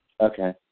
Okay